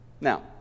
now